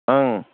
ꯑꯪ